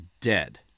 dead